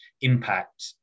impact